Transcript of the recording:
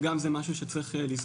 וגם זה משהו שצריך לזכור.